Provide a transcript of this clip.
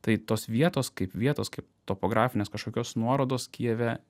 tai tos vietos kaip vietos kaip topografinės kažkokios nuorodos kijeve